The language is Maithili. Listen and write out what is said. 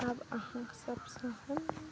आब अहाँक सबसँ हम